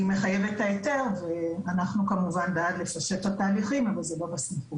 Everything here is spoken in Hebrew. הם צריכים לעבור ועדת הלסינקי ואת הוועדה במשרד הבריאות